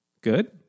good